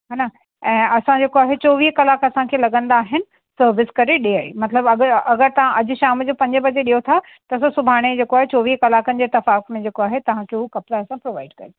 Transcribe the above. हेन ऐं असां जेको आहे चौवीह कलाक असांखे लॻंदा आहिनि सर्विस करे ॾियो मतिलबु अगरि अगरि तव्हां अॼु शाम जो पंजे बॼे ॾियो था त असां सुभाणे जेको आहे चौवीह कलाकनि जे इत्तेफ़ाक में जेको आहे तव्हां खे हू कपिड़ा असां प्रोवाइड कंदासीं